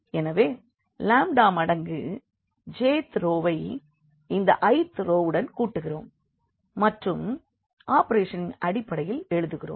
எனவே லாம்டா மடங்கு j th ரோவை இந்த i th ரோவுடன் கூட்டுகிறோம் மற்றும் ஆபேரஷனின் அடிப்படையில் எழுதுகிறோம்